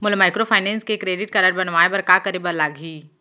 मोला माइक्रोफाइनेंस के credit card बनवाए बर का करे बर लागही?